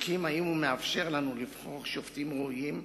ובודקים אם הוא מאפשר לנו לבחור שופטים ראויים,